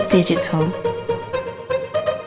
Digital